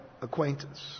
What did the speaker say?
acquaintance